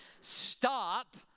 stop